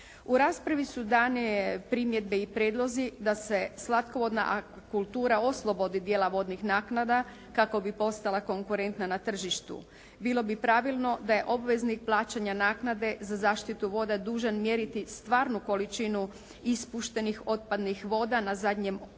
U raspravi su dane primjedbe i prijedlozi da se slatkovodna aqua kultura oslobodi dijela vodnih naknada kako bi postala konkurentna na tržištu. Bilo bi pravilno da je obveznik plaćanja naknade za zaštitu voda dužan mjeriti stvarnu količinu ispuštenih otpadnih voda na zadnjem mjernom